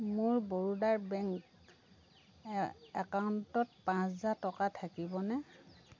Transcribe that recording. মোৰ বৰোদাৰ বেংক একাউণ্টত পাঁচ হেজাৰ টকা থাকিবনে